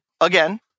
again